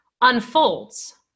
unfolds